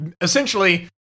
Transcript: essentially